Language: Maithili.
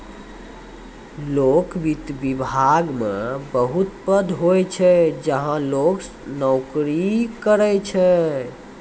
लोक वित्त विभाग मे बहुत पद होय छै जहां लोग नोकरी करै छै